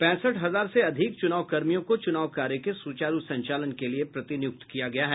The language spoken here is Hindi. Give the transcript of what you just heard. पैंसठ हजार से अधिक चुनावकर्मियों को चुनाव कार्य के सुचारू संचालन के लिए प्रतिनियुक्त किया गया है